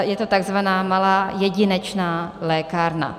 Je to takzvaná malá jedinečná lékárna.